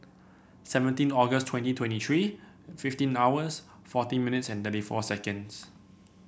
seventeen August twenty twenty three fifteen hours forty minutes and thirty four seconds